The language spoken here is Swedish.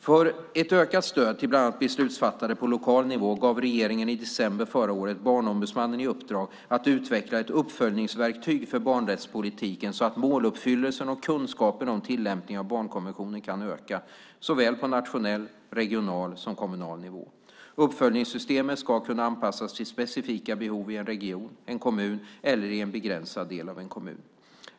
För ett ökat stöd till bland annat beslutsfattare på lokal nivå gav regeringen i december förra året Barnombudsmannen i uppdrag att utveckla ett uppföljningsverktyg för barnrättspolitiken så att måluppfyllelsen och kunskapen om tillämpningen av barnkonventionen kan öka på såväl nationell och regional som kommunal nivå. Uppföljningssystemet ska kunna anpassas till specifika behov i en region, i en kommun eller i en begränsad del av en kommun.